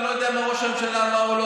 אני לא יודע אם ראש הממשלה אמר או לא,